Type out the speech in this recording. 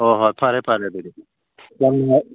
ꯍꯣꯏ ꯍꯣꯏ ꯐꯔꯦ ꯐꯔꯦ ꯑꯗꯨꯗꯤ ꯌꯥꯝ ꯅꯨꯡꯉꯥꯏ